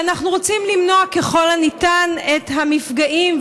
ואנחנו רוצים למנוע ככל הניתן את המפגעים.